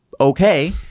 okay